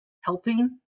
helping